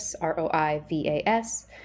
R-O-I-V-A-S